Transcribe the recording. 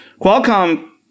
Qualcomm